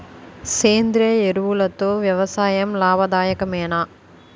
సేంద్రీయ ఎరువులతో వ్యవసాయం లాభదాయకమేనా?